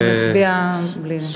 אם לא יגיע, אנחנו נצביע בלעדיו.